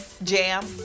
Jam